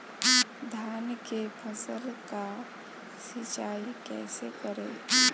धान के फसल का सिंचाई कैसे करे?